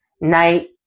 night